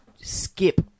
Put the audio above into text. Skip